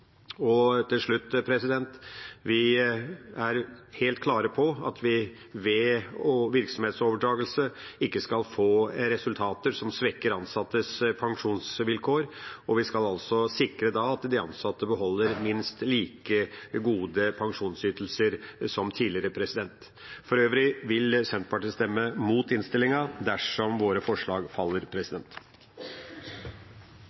Til slutt: Vi er helt klare på at vi ved virksomhetsoverdragelse ikke skal få resultater som svekker ansattes pensjonsvilkår, og vi skal sikre at de ansatte beholder minst like gode pensjonsytelser som tidligere. For øvrig vil Senterpartiet stemme mot innstillingen dersom våre forslag faller.